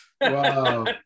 Wow